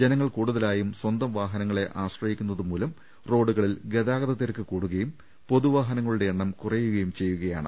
ജനങ്ങൾ കൂടുതലായും സ്വന്തം വാഹനങ്ങളെ ആശ്രയിക്കുന്നതുമൂലം റോഡുകളിൽ ഗതാഗത തിരക്ക് കൂടുകയും പൊതുവാഹനങ്ങളുടെ എണ്ണം കുറയുകയും ചെയ്യുകയാണ്